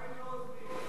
בית לא עוזבים.